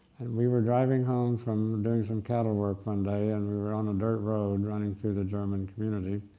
and we were driving home from doing some cattle work one day and we were on the dirt road running through the german community,